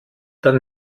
dann